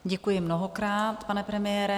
Děkuji mnohokrát, pane premiére.